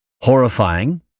Horrifying